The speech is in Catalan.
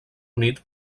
unit